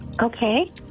Okay